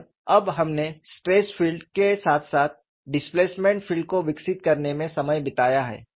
और अब हमने स्ट्रेस फील्ड के साथ साथ डिस्प्लेसमेंट फील्ड को विकसित करने में समय बिताया है